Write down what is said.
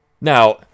Now